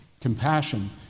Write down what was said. compassion